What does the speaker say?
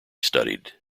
studied